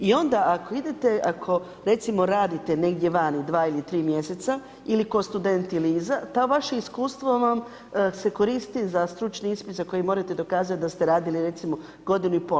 I onda ako idete, ako recimo radite negdje vani 2 ili 3 mjeseca ili kao student ili iza to vaše iskustvo vam se koristi za stručni ispit za koji morate dokazati da ste radili recimo godinu i pol.